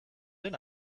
den